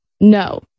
No